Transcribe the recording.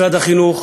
משרד החינוך